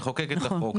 נחוקק את החוק,